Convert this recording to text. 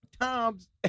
times